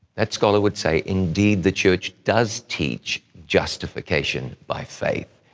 that scholar would say, indeed, the church does teach justification by faith.